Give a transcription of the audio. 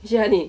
你去哪里